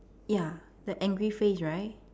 ya the angry face right